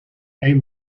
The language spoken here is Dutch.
eén